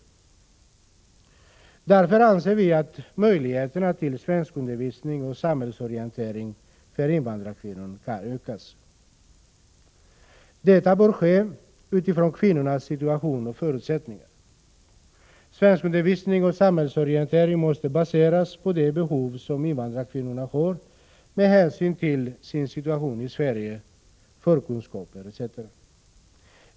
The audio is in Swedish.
59 Därför anser vi att möjligheterna till svenskundervisning och samhällsorientering för invandrarkvinnorna skall öka. Detta bör ske utifrån kvinnornas situation och förutsättningar. Svenskundervisning och samhällsorientering måste baseras på de behov som invandrarkvinnorna har med hänsyn till sin situation i Sverige, sina förkunskaper etc.